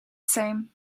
same